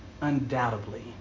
Undoubtedly